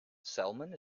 salmon